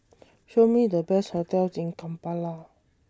Show Me The Best hotels in Kampala